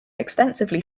extensively